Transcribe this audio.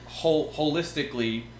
holistically